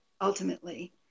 ultimately